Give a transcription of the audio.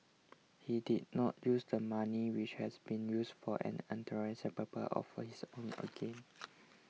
he did not use the money which has been used for an unauthorised purpose of his own gain